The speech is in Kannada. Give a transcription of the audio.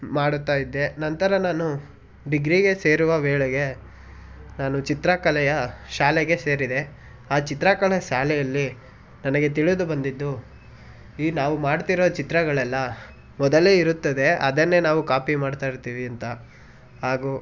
ಮಾಡುತ್ತ ಇದ್ದೆ ನಂತರ ನಾನು ಡಿಗ್ರಿಗೆ ಸೇರುವ ವೇಳೆಗೆ ನಾನು ಚಿತ್ರಕಲೆಯ ಶಾಲೆಗೆ ಸೇರಿದೆ ಆ ಚಿತ್ರಕಲೆ ಶಾಲೆಯಲ್ಲಿ ನನಗೆ ತಿಳಿದು ಬಂದಿದ್ದು ಈ ನಾವು ಮಾಡ್ತಿರೊ ಚಿತ್ರಗಳೆಲ್ಲ ಮೊದಲೇ ಇರುತ್ತದೆ ಅದನ್ನೇ ನಾವು ಕಾಪಿ ಮಾಡ್ತಾಯಿರ್ತೀವಿ ಅಂತ ಹಾಗೂ